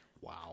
Wow